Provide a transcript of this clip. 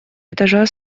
этажа